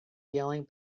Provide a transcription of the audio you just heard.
yelling